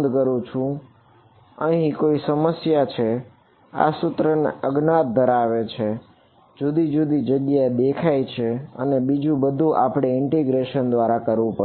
કરવું પડશે બરાબર